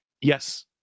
Yes